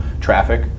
traffic